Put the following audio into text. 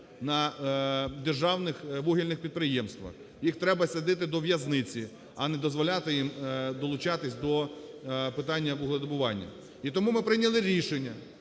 на державних вугільних підприємствах. Їх треба садити до в'язниці, а не дозволяти їм долучатись до питання вугледобування. І тому ми прийняли рішення,